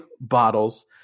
bottles